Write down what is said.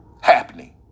happening